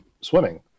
swimming